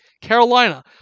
Carolina